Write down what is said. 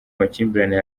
amakimbirane